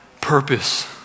purpose